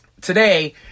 today